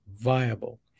viable